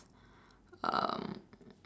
um